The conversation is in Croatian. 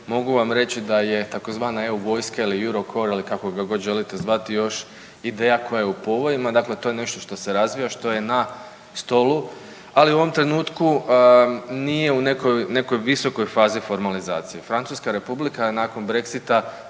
mogu vam reći da je tzv. euro vojska ili european core ili kako ga god želite zvati još ideja koja je u povojima, dakle to je nešto što se razvija što je na stolu, ali u ovom trenutku nije u nekoj, nekoj visokoj fazi formalizacije. Francuska Republika je nakon Brexita